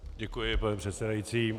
Děkuji, pane předsedající.